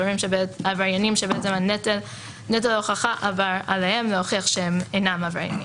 או עבריינים שנטל ההוכחה עבר אליהם להוכיח שהם אינם עבריינים.